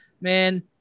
Man